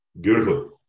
Beautiful